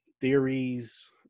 theories